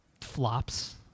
flops